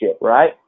right